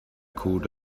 called